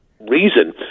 reason